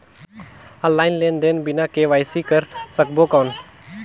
Online लेनदेन बिना KYC कर सकबो कौन??